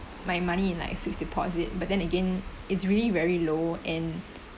my money in like fixed deposit but then again it's really very low and